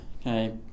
okay